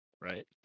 Right